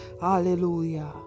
hallelujah